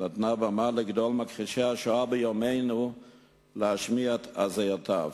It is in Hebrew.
נתנה במה לגדול מכחישי השואה בימינו להשמיע את הזיותיו.